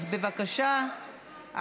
אז בבקשה,